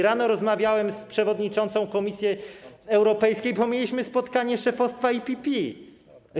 Rano rozmawiałem z przewodniczącą Komisji Europejskiej, bo mieliśmy spotkanie szefostwa EPP.